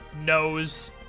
knows